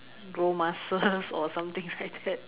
grow muscles or something like that